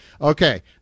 Okay